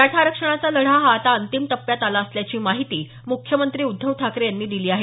मराठा आरक्षणाचा लढा हा आता अंतिम टप्प्यात आला असल्याची माहिती मुख्यमंत्री उद्धव ठाकरे यांनी दिली आहे